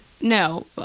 no